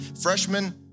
Freshman